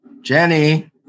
Jenny